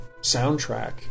soundtrack